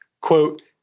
quote